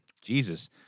jesus